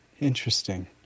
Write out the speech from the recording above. Interesting